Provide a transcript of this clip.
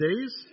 days